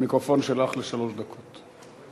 המיקרופון שלך לשלוש דקות.